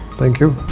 thank you.